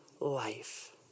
life